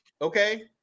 okay